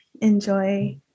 enjoy